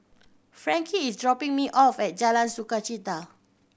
Frankie is dropping me off at Jalan Sukachita